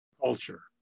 culture